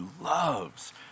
loves